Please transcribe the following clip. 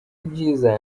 byiza